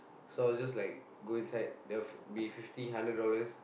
so I'll just like go inside there will be fifty hundred dollars